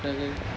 yes